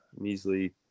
measly